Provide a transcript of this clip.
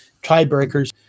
tiebreakers